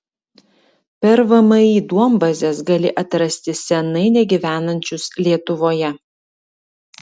per vmi duombazes gali atrasti senai negyvenančius lietuvoje